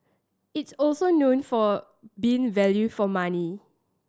it's also known for being value for money